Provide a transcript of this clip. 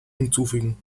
hinzufügen